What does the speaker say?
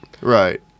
Right